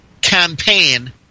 campaign